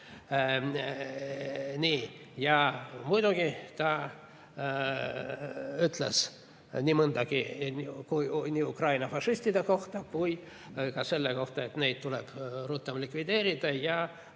Nii. Muidugi ta ütles mõndagi nii Ukraina fašistide kohta kui ka selle kohta, et nad tuleb rutem likvideerida, ja